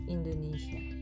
Indonesia